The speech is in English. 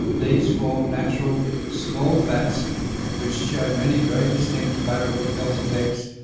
these form natural small fats which show many very distinct favourable health effects,